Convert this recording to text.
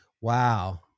Wow